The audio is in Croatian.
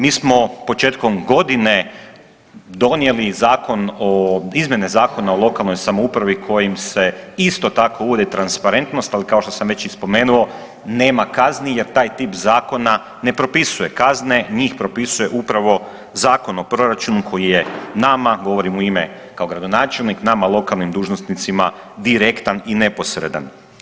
Mi smo početkom godine donijeli izmjene Zakona o lokalnoj samoupravi kojim se isto tako uvodi transparentnost, ali kao što sam već i spomenuo nema kazni jer taj tip zakona ne propisuje kazne, njih propisuje upravo Zakon o proračunu koji je nama, govorim u ime kao gradonačelnik, nama lokalnim dužnosnicima direktan i neposredan.